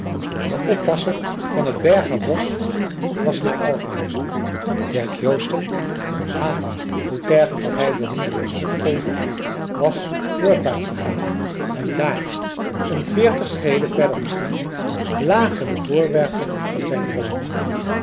de oppasser van het berger bosch was naar alkmaar derk joosten ha hoe tergend had hij de hoenders opgeheven was noordwaartsuit gegaan en dààr een veertig schreden verder misschien lagen de voorwerpen van zijn verlangen